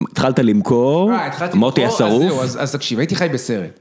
התחלת למכור -התחלתי למכור -מוטי השרוף -אז זהו, אז תקשיב, הייתי חי בסרט.